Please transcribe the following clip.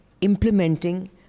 implementing